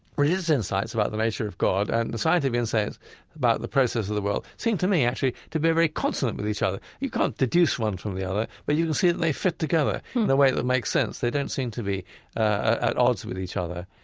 religious insights about the nature of god and the scientific insights about the process of the world seem to me actually to be very consonant with each other. you can't deduce one from the other, but you can see it and they fit together in a way that makes sense. they don't seem to be at odds with each other,